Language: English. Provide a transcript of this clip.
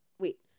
Wait